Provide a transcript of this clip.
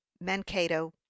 mankato